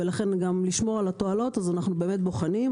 וכדי לשמור על התועלות אנו בוחנים.